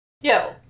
Yo